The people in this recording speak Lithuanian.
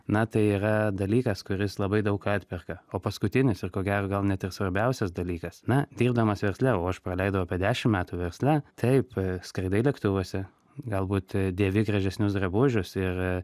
na tai yra dalykas kuris labai daug ką atperka o paskutinis ir ko gero gal net ir svarbiausias dalykas na dirbdamas versle o aš praleidau apie dešim metų versle taip skridai lėktuvuose galbūt dėvi gražesnius drabužius ir